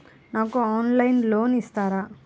నాకు ఆన్లైన్లో లోన్ ఇస్తారా?